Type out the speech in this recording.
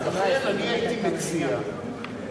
אז לכן אני הייתי מציע שאתה,